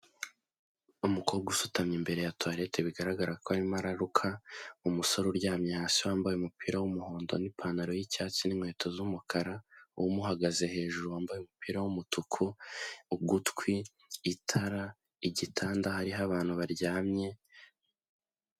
Umukobwa usutamye imbere ya tuwalete bigaragara ko arimo araruka, umusore uryamye hasi wambaye umupira w'umuhondo, n'ipantaro y'icyatsi n'inkweto z'umukara, umuhagaze hejuru wambaye umupira w'umutuku, ugutwi, itara, igitanda hariho abantu baryamye...